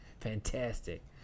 fantastic